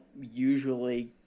usually